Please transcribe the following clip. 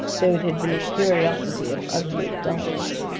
though it had been a curiosity of ugly dulness.